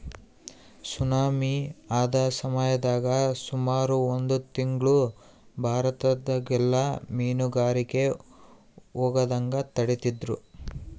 tsunami ಆದ ಸಮಯದಾಗ ಸುಮಾರು ಒಂದು ತಿಂಗ್ಳು ಭಾರತದಗೆಲ್ಲ ಮೀನುಗಾರಿಕೆಗೆ ಹೋಗದಂಗ ತಡೆದಿದ್ರು